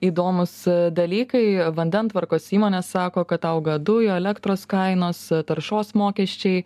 įdomūs dalykai vandentvarkos įmonės sako kad auga dujų elektros kainos taršos mokesčiai